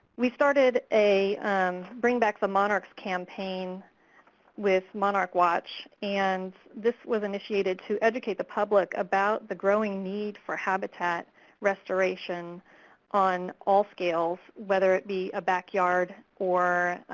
we started a bring back the monarchs campaign with monarch watch, and this was initiated to educate the public about the growing need for habitat restoration on all scales, whether it be a backyard or